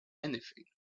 anything